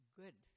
good